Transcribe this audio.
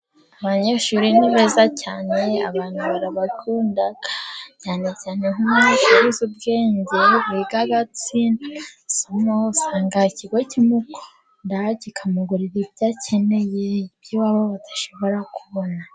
Abanyeshuri ni beza cyane abantu barabakunda, cyane cyane nk'umuntu uzi ubwenge wiga agatsinda ikigo kimugurira ibyakeneye ibyo iwabo badashobora kubona.